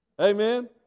Amen